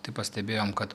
tai pastebėjom kad